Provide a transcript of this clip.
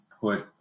put